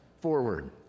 forward